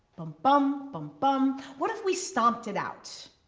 pum, pum pum. what if we stomped it out,